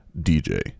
DJ